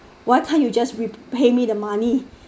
why can't you just repay me the money